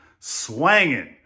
Swangin